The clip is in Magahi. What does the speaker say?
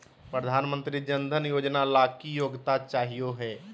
प्रधानमंत्री जन धन योजना ला की योग्यता चाहियो हे?